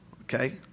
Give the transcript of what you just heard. Okay